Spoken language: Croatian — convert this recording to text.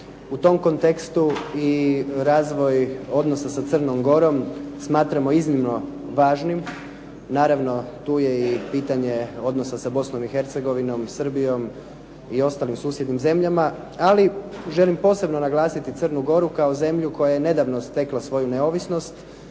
U tom kontekstu i razvoj odnosa sa Crnom Gorom smatramo iznimno važnim. Naravno, tu je i pitanje odnosa sa Bosnom i Hercegovinom, Srbijom i ostalim susjednim zemljama, ali želim posebno naglasiti Crnu Goru kao zemlju koja je nedavno stekla svoju neovisnost